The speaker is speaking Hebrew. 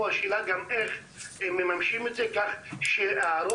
השאלה היא איך מממשים את זה כך שהרוב